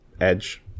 Edge